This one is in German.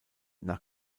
nach